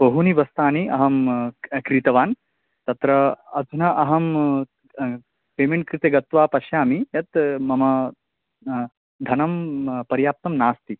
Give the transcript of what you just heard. बहूनि वस्तूनि अहं क् क्रीतवान् तत्र अधुना अहं पेमेन्ट् कृते गत्वा पश्यामि यत् मम धनं पर्याप्तं नास्ति